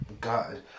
God